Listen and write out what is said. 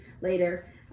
later